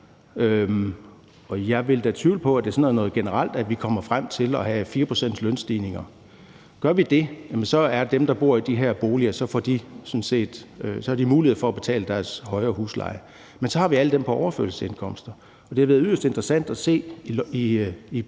men jeg vil da tvivle på, at det er sådan generelt, at vi kommer frem til lønstigninger på 4 pct. Gør vi det, får de, der bor i de her boliger, mulighed for at betale deres højere husleje. Men så har vi alle dem på overførselsindkomster, og det har været yderst interessant at se i de